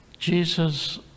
Jesus